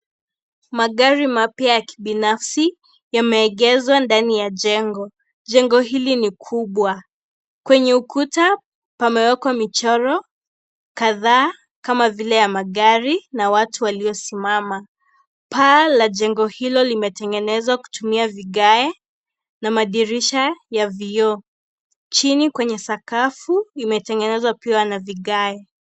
Magari mapya ya kibinafsi yameegezwa ndani ya jengo, jengo hili ni kubwa kwenye ukuta pamewekwa michoro kadhaa kama vile ya magari na watu waliosimama paa la jengo hili limetengenezwa kutumia vigae na madirisha ya vioo chini kwenye sakafu limetengenezwa pia na vigae.